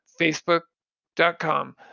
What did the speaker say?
facebook.com